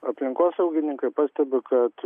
aplinkosaugininkai pastebi kad